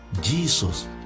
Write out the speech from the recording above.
Jesus